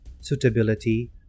suitability